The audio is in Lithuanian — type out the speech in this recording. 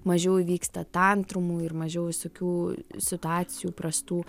mažiau įvyksta tantrumų ir mažiau visokių situacijų prastų